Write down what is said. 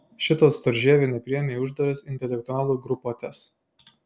šito storžievio nepriėmė į uždaras intelektualų grupuotes